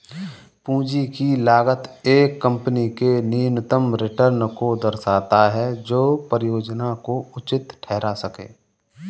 पूंजी की लागत एक कंपनी के न्यूनतम रिटर्न को दर्शाता है जो परियोजना को उचित ठहरा सकें